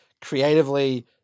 creatively